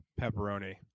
pepperoni